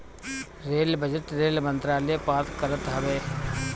rail budget rail मंत्रालय pass करत हवे